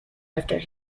after